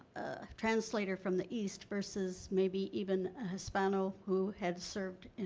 translator from the east versus maybe even a hispano who had served